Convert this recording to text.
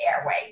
airway